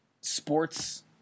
sports